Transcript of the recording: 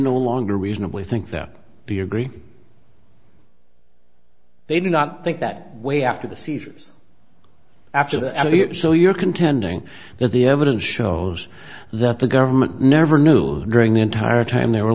no longer reasonably think that do you agree they do not think that way after the seizures after the end of it so you're contending that the evidence shows that the government never knew them during the entire time they were